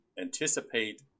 anticipate